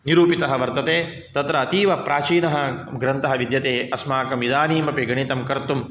निरूपितः वर्तते तत्र अतीवप्राचीनः ग्रन्थः विद्यते अस्माकमिदानीमपि गणितं कर्तुं